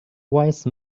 wise